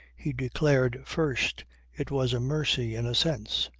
he declared first it was a mercy in a sense.